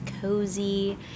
cozy